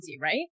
right